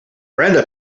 brenda